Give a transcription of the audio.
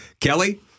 Kelly